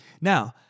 Now